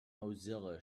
mozilla